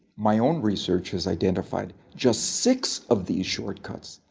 my own research has identified just six of these shortcuts.